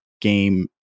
game